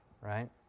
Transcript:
right